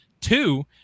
Two